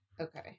Okay